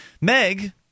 Meg